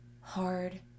hard